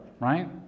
right